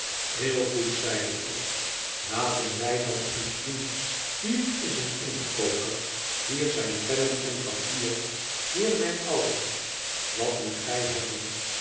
heel goed zeide ik laten wij dan iets doen hier is een inktkoker hier zijn pennen en papier hier zijn ouwels wat moet gij hebben